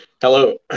Hello